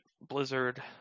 Blizzard